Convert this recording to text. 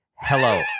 hello